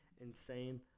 insane